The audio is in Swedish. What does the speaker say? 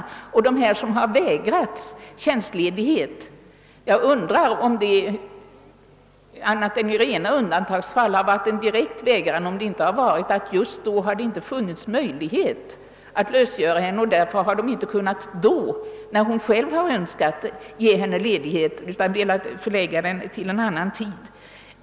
Men jag undrar ändå om det annat än i rena undantagsfall förekommit att man direkt vägrat en sköterska tjänstledighet och om det inte har varit så, att det just då inte funnits möjlighet att lösgöra henne och att man därför inte när hon själv önskat det kunnat ge henne ledighet utan velat förlägga den till annan tidpunkt.